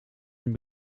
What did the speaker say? een